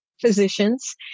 physicians